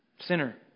sinner